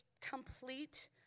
complete